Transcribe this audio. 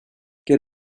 get